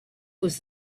was